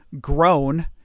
grown